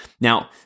Now